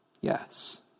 yes